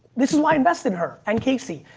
this is why i invested in her and casey,